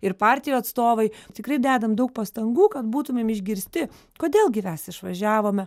ir partijų atstovai tikrai dedam daug pastangų kad būtumėm išgirsti kodėl gi mes išvažiavome